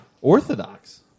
Orthodox